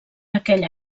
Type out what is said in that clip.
aquella